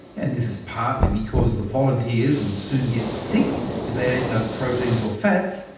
and this is partly because the volunteers would soon get sick if they ate no proteins or fats,